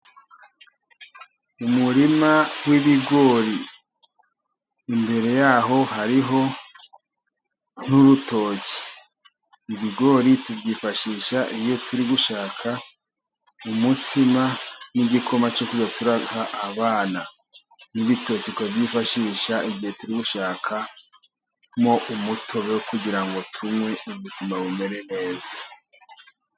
Umurima w'ibigori imbere yawo hari n'urutoki, ibigori tubyifashisha iyo turi gushaka umutsima n'igikoma cyo kujya duha abana, n'ibitoki tukabyifashisha igihe turi gushakamo umutobe wo kugira ngo tunwe, ubuzima bumere neza.